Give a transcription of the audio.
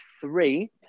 three